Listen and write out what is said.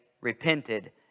repented